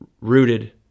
rooted